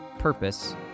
Purpose